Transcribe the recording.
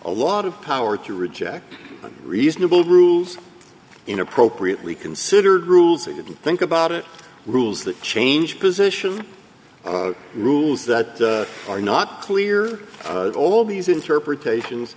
a lot of power to reject reasonable rules in appropriately considered rules they didn't think about it rules that change position rules that are not clear all these interpretations